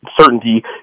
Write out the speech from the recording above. certainty